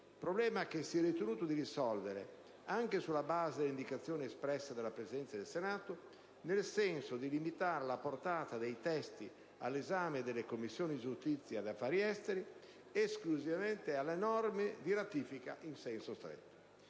problema che si è ritenuto di risolvere, anche sulla base delle indicazioni espresse dalla Presidenza del Senato, nel senso di limitare la portata dei testi all'esame delle Commissioni giustizia ed affari esteri esclusivamente alle norme di ratifica in senso stretto.